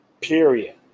Period